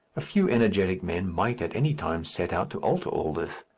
a few energetic men might at any time set out to alter all this.